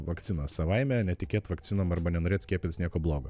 vakcinos savaime netikėt vakcinom arba nenorėt skiepytis nieko blogo